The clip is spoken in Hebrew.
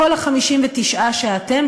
כל ה-59 שאתם,